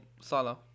Salah